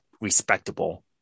respectable